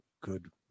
good